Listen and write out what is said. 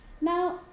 Now